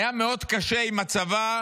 הא היה מאוד קשה עם הצבא,